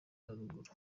haruguru